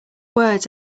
words